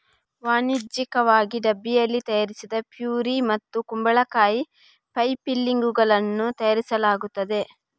ವಾಣಿಜ್ಯಿಕವಾಗಿ ಡಬ್ಬಿಯಲ್ಲಿ ತಯಾರಿಸಿದ ಪ್ಯೂರಿ ಮತ್ತು ಕುಂಬಳಕಾಯಿ ಪೈ ಫಿಲ್ಲಿಂಗುಗಳನ್ನು ತಯಾರಿಸಲಾಗುತ್ತದೆ